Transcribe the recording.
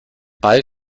ball